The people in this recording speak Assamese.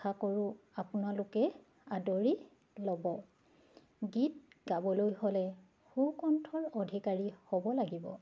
আশা কৰোঁ আপোনালোকে আদৰি ল'ব গীত গাবলৈ হ'লে সুকণ্ঠৰ অধিকাৰী হ'ব লাগিব